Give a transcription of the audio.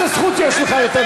תקרא אותו